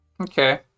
Okay